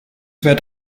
wird